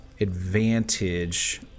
advantage